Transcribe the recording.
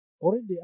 Already